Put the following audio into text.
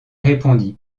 répondit